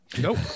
Nope